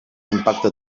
impacte